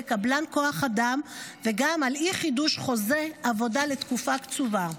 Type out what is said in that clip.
קבלן כוח אדם וגם על אי-חידוש חוזה עבודה לתקופה קצובה.